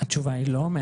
התשובה היא לא,